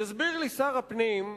יסביר לי שר הפנים,